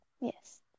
Yes